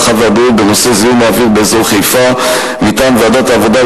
הרווחה והבריאות בנושא זיהום האוויר באזור חיפה: מטעם ועדת העבודה,